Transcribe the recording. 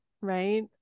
right